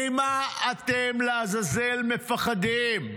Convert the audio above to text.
ממה אתם, לעזאזל, מפחדים?